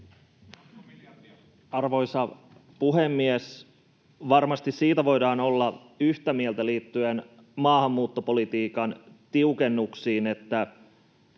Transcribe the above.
Arvoisa puhemies! Varmasti siitä voidaan olla yhtä mieltä liittyen maahanmuuttopolitiikan tiukennuksiin, että